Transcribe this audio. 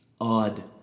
odd